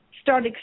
start